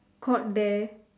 court there